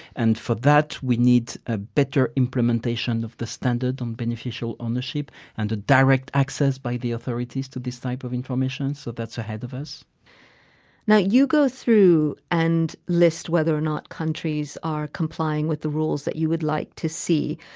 and for that we need a better implementation of the standard on beneficial ownership and a direct access by the authorities to this type of information. so that's ahead of us now you go through and list whether or not countries are complying with the rules that you would like to see.